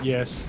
Yes